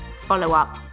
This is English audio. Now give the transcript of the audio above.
follow-up